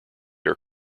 are